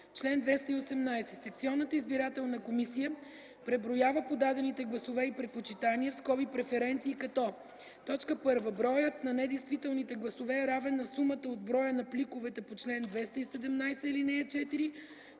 Чл. 218. Секционната избирателна комисия преброява подадените гласове и предпочитания (преференции), като: 1. броят на недействителните гласове е равен на сумата от броя на пликовете по чл. 217, ал. 4, т.